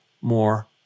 more